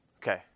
Okay